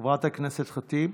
חברת הכנסת ח'טיב.